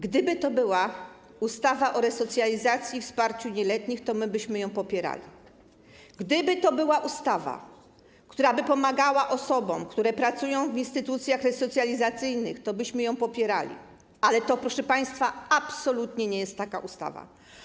Gdyby to była ustawa o resocjalizacji i wsparciu nieletnich, tobyśmy ją popierali, gdyby to była ustawa, która by pomagała osobom, które pracują w instytucjach resocjalizacyjnych, tobyśmy ją popierali, ale to, proszę państwa, absolutnie nie jest taka ustawa.